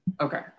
Okay